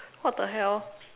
what the hell